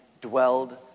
dwelled